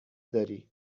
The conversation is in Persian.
داری